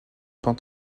pin